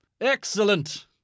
Excellent